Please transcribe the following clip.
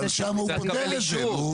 אבל שם הוא פותר את זה.